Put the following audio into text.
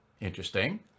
Interesting